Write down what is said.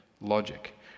logic